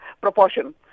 proportion